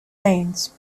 lanes